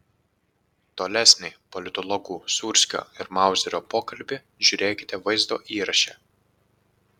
tolesnį politologų sūrskio ir mauzerio pokalbį žiūrėkite vaizdo įraše